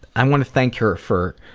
i want to thank her for,